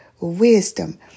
wisdom